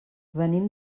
venim